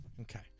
Okay